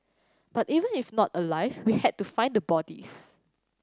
but even if not alive we had to find the bodies